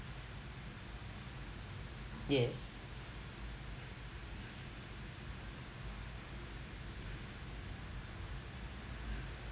yes